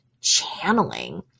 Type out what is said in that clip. channeling